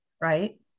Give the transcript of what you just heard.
right